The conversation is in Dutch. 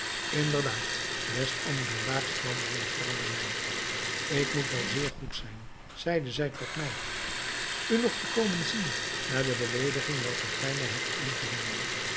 inderdaad des anderen daags kwam mijne vrouw bij mij ik moet wel zeer goed zijn zeide zij tot mij u nog te komen zien na de beleediging welke gij mij hebt aangedaan